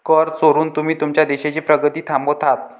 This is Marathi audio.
कर चोरून तुम्ही तुमच्या देशाची प्रगती थांबवत आहात